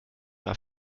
war